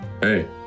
hey